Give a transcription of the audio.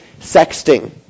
sexting